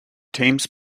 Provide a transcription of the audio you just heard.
teams